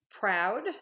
Proud